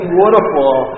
waterfall